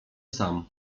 sam